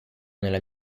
nella